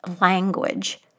language